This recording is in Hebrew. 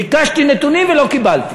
ביקשתי נתונים ולא קיבלתי.